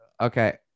Okay